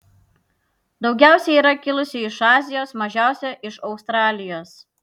daugiausiai yra kilusių iš azijos mažiausia iš australijos